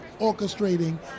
orchestrating